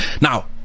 Now